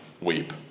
Weep